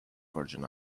virgin